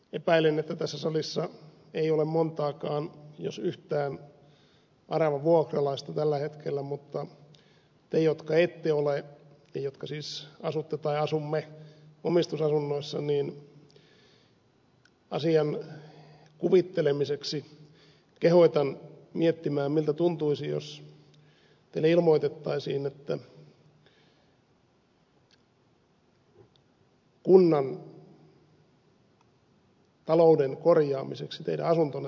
epäilen että tässä salissa ei ole montaakaan jos yhtään aravavuokralaista tällä hetkellä mutta te jotka ette ole ja jotka siis asutte tai asumme omistusasunnoissa niin asian kuvittelemiseksi kehotan miettimään miltä tuntuisi jos teille ilmoitettaisiin että kunnan talouden korjaamiseksi teidän asuntonne tullaan myymään